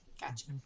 Gotcha